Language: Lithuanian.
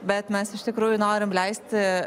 bet mes iš tikrųjų norim leisti